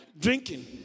drinking